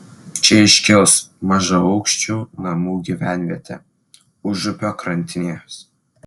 čia iškils mažaaukščių namų gyvenvietė užupio krantinės